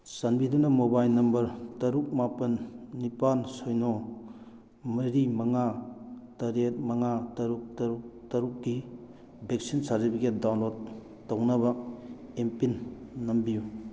ꯆꯥꯟꯕꯤꯗꯨꯅ mobile number ꯇꯔꯨꯛ ꯃꯥꯄꯜ ꯅꯤꯄꯥꯜ ꯁꯤꯅꯣ ꯃꯔꯤ ꯃꯉꯥ ꯇꯔꯦꯠ ꯃꯉꯥ ꯇꯔꯨꯛ ꯇꯔꯨꯛ ꯇꯔꯨꯛꯀꯤ ꯚꯦꯛꯁꯤꯟ ꯁꯥꯔꯇꯤꯐꯤꯒꯦꯠ ꯗꯥꯎꯟꯂꯣꯠ ꯇꯧꯅꯕ ꯑꯦꯝꯄꯤꯟ ꯅꯝꯕꯤꯎ